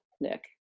nick